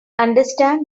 understand